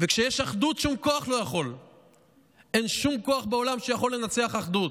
כשיש אחדות, אין שום כוח בעולם שיכול לנצח אחדות.